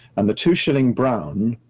and the two shilling brown